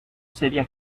serías